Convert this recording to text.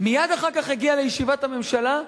מייד אחר כך הגיע לישיבת הממשלה,